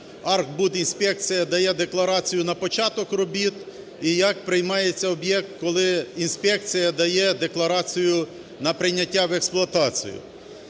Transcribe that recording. "Держархбудінспекція" дає декларацію на початок робіт і як приймається об'єкт, коли інспекція дає декларацію на прийняття в експлуатацію.